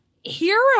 hero